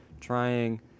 trying